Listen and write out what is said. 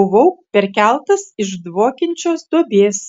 buvau perkeltas iš dvokiančios duobės